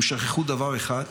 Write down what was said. הם שכחו דבר אחד,